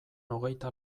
hogeita